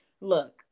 Look